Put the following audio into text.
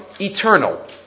eternal